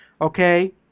okay